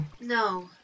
No